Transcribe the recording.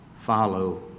follow